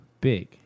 Big